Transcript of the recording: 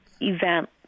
event